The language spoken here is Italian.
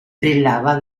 brillava